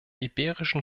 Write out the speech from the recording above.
iberischen